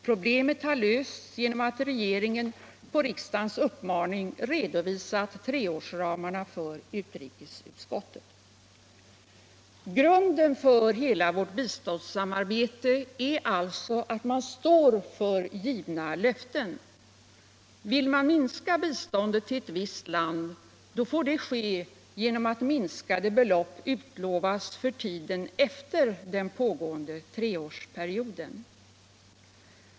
Problemet har lösts genom att regeringen på riksdagens uppmaning redovisat treårsramarna för utrikesutskottet. Grunden för hela biståndssamarbetet är alltså att man står för givna löften. Vill man minska biståndet till ett visst land får detta ske genom att minskade belopp utlovas för tiden efter den pågående treårsperioden.